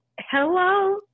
hello